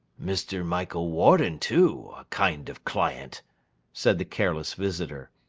mr. michael warden too, a kind of client said the careless visitor,